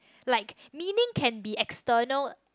like meaning can be external